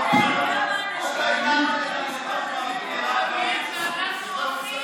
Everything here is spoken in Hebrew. (חבר הכנסת אביר קארה יוצא מאולם המליאה.) המשפט הזה,